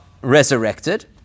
resurrected